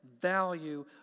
value